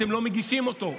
אתם לא מגישים אותו.